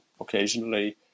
occasionally